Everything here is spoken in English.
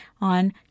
on